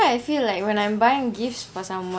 why I feel like when I'm buying gifts for someone